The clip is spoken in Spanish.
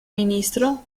ministro